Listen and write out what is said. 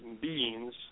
beings